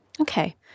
okay